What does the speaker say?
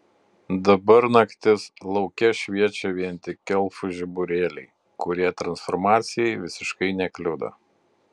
dabar naktis lauke šviečia vien tik elfų žiburėliai kurie transformacijai visiškai nekliudo